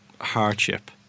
hardship